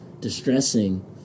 distressing